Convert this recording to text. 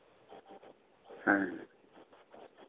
ᱦᱮᱸ